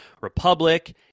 Republic